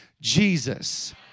Jesus